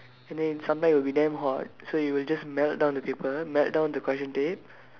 and then sometimes will be damn hot so it will just melt down the paper melt down the correction tape